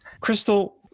Crystal